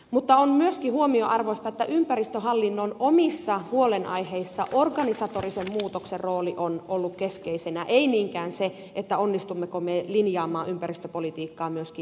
mutta on myöskin huomion arvoista että ympäristöhallinnon omissa huolenaiheissa organisatorisen muutoksen rooli on ollut keskeisenä ei niinkään se onnistummeko me linjaamaan ympäristöpolitiikkaa myöskin jatkossa